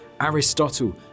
Aristotle